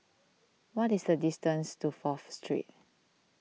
what is the distance to Fourth Street